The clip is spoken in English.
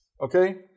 Okay